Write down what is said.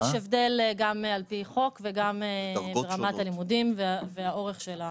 יש הבדל גם על פי חוק וגם ברמת הלימודים והאורך של הלימודים.